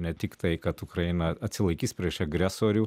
ne tiktai kad ukraina atsilaikys prieš agresorių